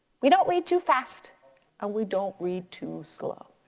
we don't read too fast and we don't read to slow.